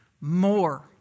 more